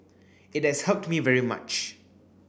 it has helped me very much